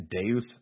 Deus